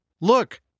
Look